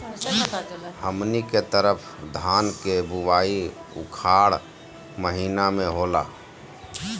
हमनी के तरफ धान के बुवाई उखाड़ महीना में होला